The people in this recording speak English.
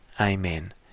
Amen